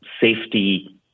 safety